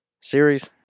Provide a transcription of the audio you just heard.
series